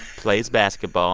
plays basketball